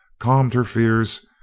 calmed her fears,